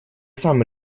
сам